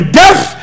death